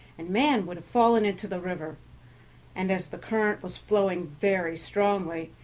and man would have fallen into the river and as the current was flowing very strongly,